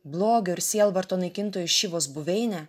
blogio ir sielvarto naikintojų šivos buveinę